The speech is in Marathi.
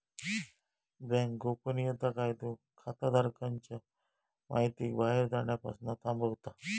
बॅन्क गोपनीयता कायदो खाताधारकांच्या महितीक बाहेर जाण्यापासना थांबवता